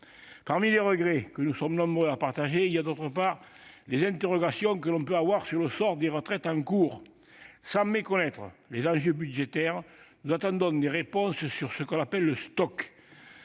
Parmi les regrets que nous sommes nombreux à partager, je tiens tout d'abord à évoquer les interrogations qui existent sur le sort des retraites en cours. Sans méconnaître les enjeux budgétaires, nous attendons des réponses sur ce que l'on appelle « le stock ».